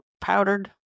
powdered